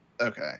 Okay